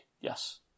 Yes